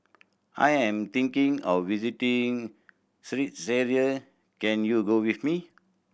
I am thinking of visiting Czechia can you go with me